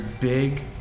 big